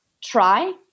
try